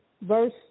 Verse